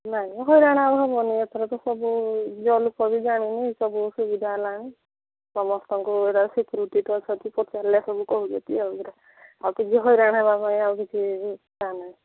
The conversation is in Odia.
ନାଇଁ ହଇରାଣ ଆଉ ହେବନି ଏଥରକ ସବୁ ନିଜ ଲୋକ ବି ଜାଣିଲେ ସବୁ ସୁବିଧା ହେଲାଣି ସମସ୍ତଙ୍କୁ ଏଇଟା ସିକ୍ୟୁରିଟି ତ ଅଛନ୍ତି ପଚାରିଲେ ତ ସବୁ କହୁଛନ୍ତି ଆଉ ଏଇନା ଆଉ କିଛି ହଇରାଣ ହେବା ପାଇଁ ଆଉ କିଛି ବି ଅସୁବିଧା ନାହିଁ